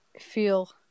feel